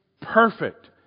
perfect